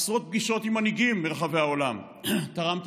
בעשרות פגישות עם מנהיגים מרחבי העולם תרם את